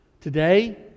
Today